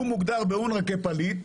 הוא מוגדר באונר"א כפליט,